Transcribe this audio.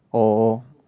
oh oh